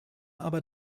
aber